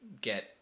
get